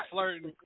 Flirting